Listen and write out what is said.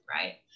right